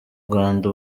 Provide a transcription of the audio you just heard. rwanda